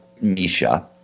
Misha